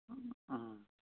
अँ